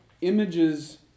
images